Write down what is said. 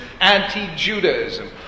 anti-Judaism